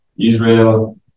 Israel